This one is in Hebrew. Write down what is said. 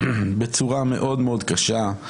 בצורה מאוד מאוד קשה,